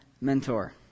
mentor